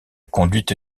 conduite